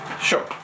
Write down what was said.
Sure